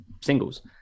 singles